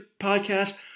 podcast